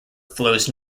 flows